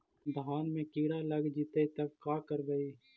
धान मे किड़ा लग जितै तब का करबइ?